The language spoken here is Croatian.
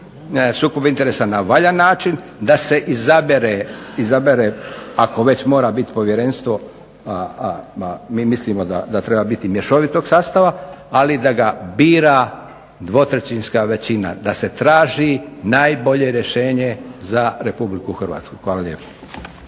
sukob interesa na valjan način, da se izabere ako već mora biti povjerenstvo mi mislimo da treba biti mješovitog sastava, ali da ga bira dvotrećinska većina, da se traži najbolje rješenje za RH. Hvala lijepo.